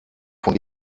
von